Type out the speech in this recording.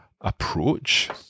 approach